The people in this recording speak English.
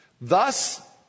Thus